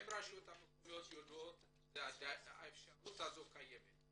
ברוב הרשויות הוא צריכת השירותים של יוצאי אתיופיה,